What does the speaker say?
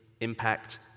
impact